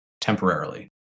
temporarily